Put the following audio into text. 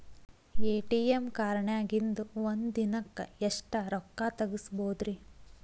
ATM ಕಾರ್ಡ್ನ್ಯಾಗಿನ್ದ್ ಒಂದ್ ದಿನಕ್ಕ್ ಎಷ್ಟ ರೊಕ್ಕಾ ತೆಗಸ್ಬೋದ್ರಿ?